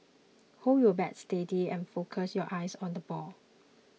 hold your bat steady and focus your eyes on the ball